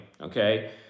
okay